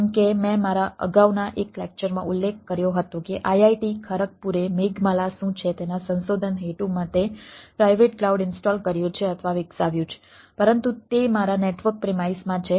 જેમ કે મેં મારા અગાઉના એક લેક્ચરમાં ઉલ્લેખ કર્યો હતો કે IIT ખરગપુરે મેઘમાલા શું છે તેના સંશોધન હેતુ માટે પ્રાઇવેટ ક્લાઉડ ઇન્સ્ટોલ કર્યું છે અથવા વિકસાવ્યું છે પરંતુ તે મારા નેટવર્ક પ્રિમાઈસમાં છે